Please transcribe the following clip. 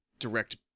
direct